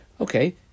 Okay